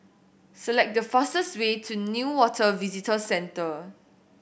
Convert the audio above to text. select the fastest way to Newater Visitor Centre